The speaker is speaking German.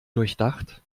durchdacht